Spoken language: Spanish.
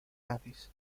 nazis